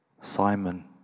Simon